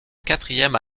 quatrième